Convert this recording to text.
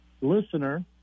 listener